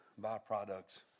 byproducts